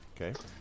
Okay